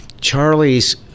Charlie's